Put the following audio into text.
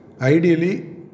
Ideally